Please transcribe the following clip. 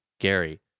Gary